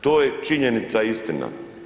To je činjenica i istina.